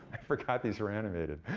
i forgot these were animated.